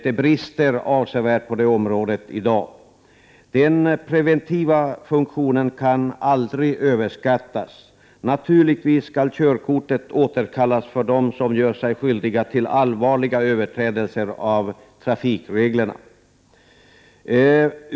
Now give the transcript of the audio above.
Det brister avsevärt på det området i dag. Den preventiva funktionen kan aldrig överskattas. Naturligtvis skall körkortet återkallas för dem som gör sig skyldiga till allvarliga överträdelser av trafikreglerna.